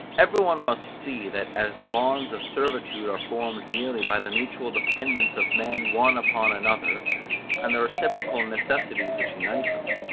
every one must see that, as the bonds of servitude are formed merely by the mutual dependence of men one upon another and the reciprocal necessities which unite them,